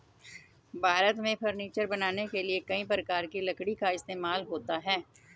भारत में फर्नीचर बनाने के लिए कई प्रकार की लकड़ी का इस्तेमाल होता है